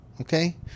Okay